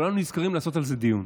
נזכרים לעשות על זה דיון.